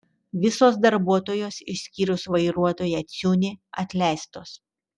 visos darbuotojos išskyrus vairuotoją ciūnį atleistos